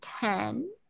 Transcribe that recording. Ten